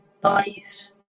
bodies